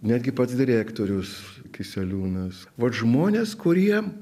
netgi pats direktorius kiseliūnas vat žmonės kurie